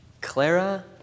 Clara